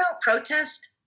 Protest